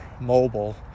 mobile